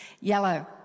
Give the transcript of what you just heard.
yellow